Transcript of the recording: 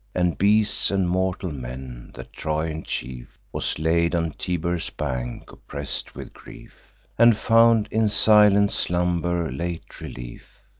and beasts, and mortal men. the trojan chief was laid on tiber's banks, oppress'd with grief, and found in silent slumber late relief.